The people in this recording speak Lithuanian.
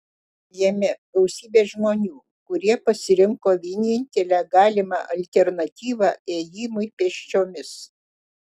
jame gausybė žmonių kurie pasirinko vienintelę galimą alternatyvą ėjimui pėsčiomis